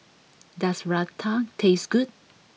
does Raita taste good